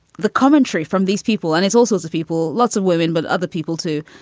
the commentary from these people and it's all sorts of people, lots of women, but other people, too.